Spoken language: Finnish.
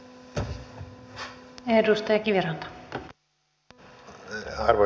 arvoisa puhemies